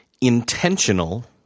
intentional